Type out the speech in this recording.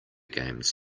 games